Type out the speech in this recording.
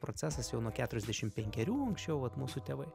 procesas jau nuo keturiasdešim penkerių anksčiau vat mūsų tėvai